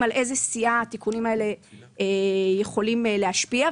על איזה סיעה התיקונים האלה יכולים להשפיע,